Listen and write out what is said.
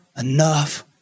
enough